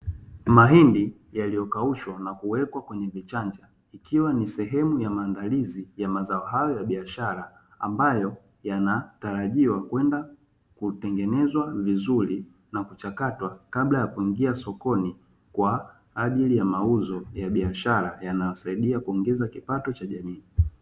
Mahindi yaliyokaushwa na kuwekwa vichanja ikiwa ni sehemu ya maandalizi ya mazao hayo ya biashara ambayo yanatarajiwa kwenda kutengenezwa vizuri na kuchakatwa kabla ya kuingia sokoni kwa ajili ya mauzo ya biashara, yanayosaidia kuongeza kipato cha jamii.